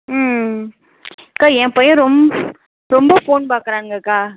ம் அக்கா என் பையன் ரொம்ப ரொம்ப ஃபோன் பார்க்குறான்ங்கக்கா